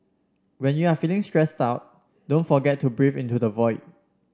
when you are feeling stressed out don't forget to breathe into the void